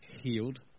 healed